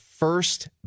First